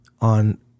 on